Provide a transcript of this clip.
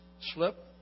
slip